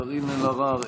קארין אלהרר,